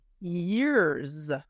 years